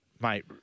mate